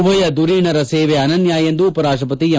ಉಭಯ ಧುರೀಣರ ಸೇವೆ ಅನನ್ನ ಎಂದು ಉಪರಾಷ್ಟಪತಿ ಎಂ